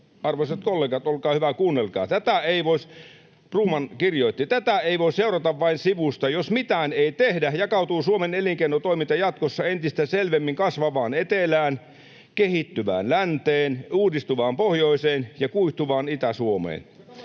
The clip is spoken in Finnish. Arvoisat kollegat, olkaa hyvä, kuunnelkaa. Broman kirjoitti: ”Tätä ei voi seurata vain sivusta. Jos mitään ei tehdä, jakautuu Suomen elinkeinotoiminta jatkossa entistä selvemmin kasvavaan etelään, kehittyvään länteen, uudistuvaan pohjoiseen ja kuihtuvaan Itä-Suomeen.”